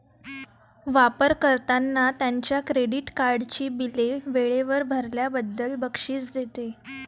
वापर कर्त्यांना त्यांच्या क्रेडिट कार्डची बिले वेळेवर भरल्याबद्दल बक्षीस देते